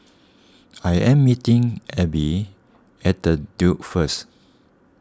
I am meeting Ebbie at the Duke first